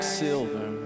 silver